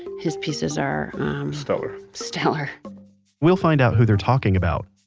his pieces are um stellar stellar we'll find out who they are talking about,